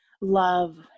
love